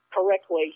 correctly